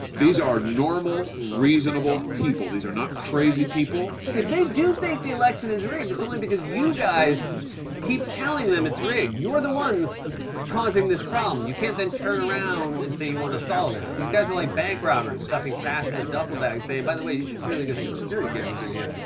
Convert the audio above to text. these are normal, reasonable people. these are not crazy people. if they do think the election is rigged, it's only because you guys keep telling them it's rigged. you're the ones causing this problem. you can't then turn around and say you want to solve it. these guys are like bank robbers stuffing cash in a duffel bag saying, by the way, you should really get some security cameras in here.